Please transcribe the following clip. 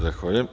Zahvaljujem.